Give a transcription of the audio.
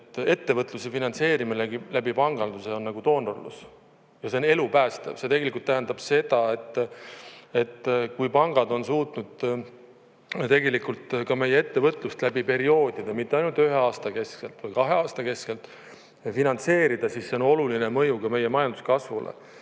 et ettevõtluse finantseerimine läbi panganduse on nagu doonorlus ja see on elupäästev. See tegelikult tähendab seda, et kui pangad on suutnud tegelikult ka meie ettevõtlust läbi perioodide, mitte ainult ühe aasta keskselt või kahe aasta keskselt, finantseerida, siis see on oluline mõju ka meie majanduskasvule. Ma